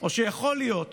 או שיכול להיות